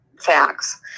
facts